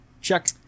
Check